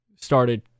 started